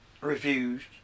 refused